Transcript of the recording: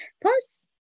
Plus